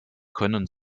können